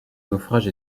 naufrage